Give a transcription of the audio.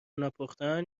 نپختن